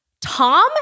Tom